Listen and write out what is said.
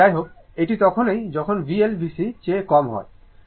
সুতরাং যাই হোক এটি তখনই যখন VL VC চেয়ে কম হয়